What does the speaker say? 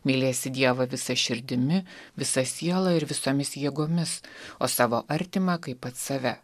mylėsi dievą visa širdimi visa siela ir visomis jėgomis o savo artimą kaip pats save